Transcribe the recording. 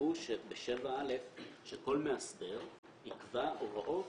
תכתבו בסעיף 7(א) שכל מאסדר יקבע הוראות